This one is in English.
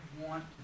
want